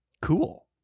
cool